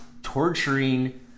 torturing